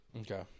Okay